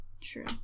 True